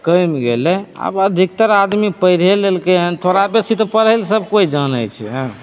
कमि गेलै आब अधिकतर आदमी पढ़िए लेलकै हन थोड़ा बेसी तऽ पढ़ै लए सब केओ जानैत छै हँ